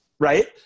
right